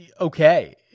okay